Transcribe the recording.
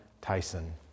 Tyson